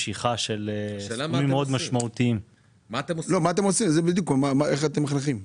בינתיים תיקנו אותי שכן הייתה החלטת ממשלה,